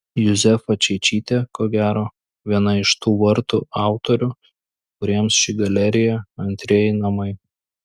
juzefa čeičytė ko gero viena iš tų vartų autorių kuriems ši galerija antrieji namai